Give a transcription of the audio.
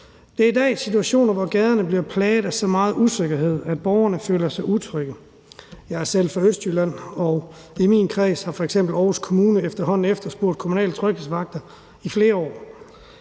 Der er i dag situationer, hvor gaderne er plaget af så meget usikkerhed, at borgerne føler sig utrygge. Jeg er selv fra Østjylland, og i min kreds har f.eks. Aarhus Kommune efterhånden efterspurgt kommunale tryghedsvagter i flere år.